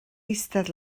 eistedd